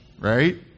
Right